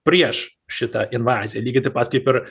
prieš šitą invaziją lygiai taip pat kaip ir